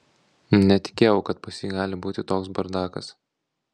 netikėjau kad pas jį gali būti toks bardakas